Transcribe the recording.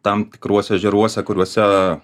tam tikruose ežeruose kuriuose